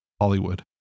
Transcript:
Hollywood